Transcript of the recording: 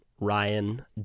Ryan